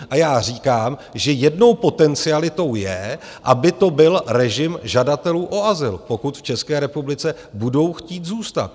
A já říkám, že jednou potencialitou je, aby to byl režim žadatelů o azyl, pokud v České republice budou chtít zůstat.